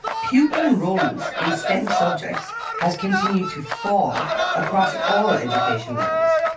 pupil enrolments in stem subjects has continued to fall across all education levels.